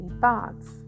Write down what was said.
parts